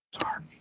Sorry